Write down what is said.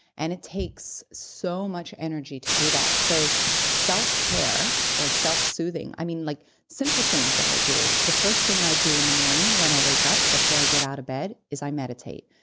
and it takes so much energy to do that. so selfcare or self-soothing, i mean like simple things that i do, the first thing i do in the morning when i wake up before i get out of bed is i meditate.